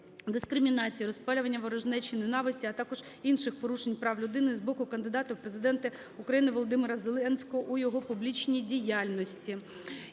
дискримінації, розпалювання ворожнечі і ненависті, а також інших порушень прав людини, з боку кандидата у Президенти України Володимира Зеленського у його публічній діяльності.